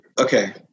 okay